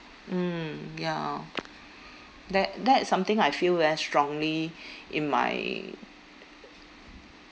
mm ya that that is something I feel very strongly in my